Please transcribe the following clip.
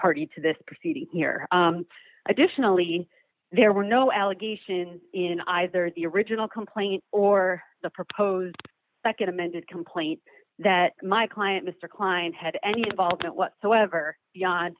party to this proceeding here additionally there were no allegations in either the original complaint or the proposed nd amended complaint that my client mr klein had any involvement whatsoever